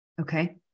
Okay